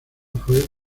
fue